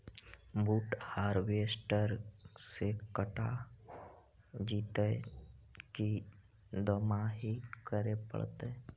बुट हारबेसटर से कटा जितै कि दमाहि करे पडतै?